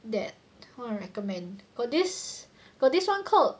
that one I recommend got this got this one called